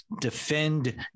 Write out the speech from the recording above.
defend